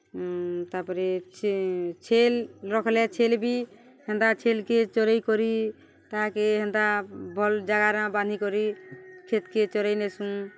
ତା'ପରେ ଛେଲ୍ ରଖ୍ଲେ ଛେଲ୍ ବି ହେନ୍ତା ଛେଲ୍କେ ଚରେଇ କରି ତାହାକେ ହେନ୍ତା ଭଲ୍ ଜାଗାରେ ବାନ୍ଧି କରି କ୍ଷେତ୍କେ ଚରେଇ ନେସୁଁ